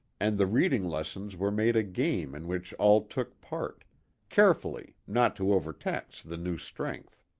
and the reading-lessons were made a game in which all took part carefully, not to overtax the new strength.